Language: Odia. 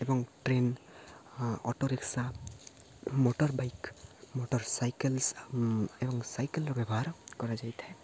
ଏବଂ train auto rickshaw motor bike motor cycles ଏବଂ ସାଇକେଲର ବ୍ୟବହାର କରାଯାଇଥାଏ